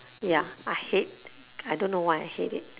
ya I hate I don't know why I hate it